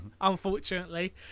unfortunately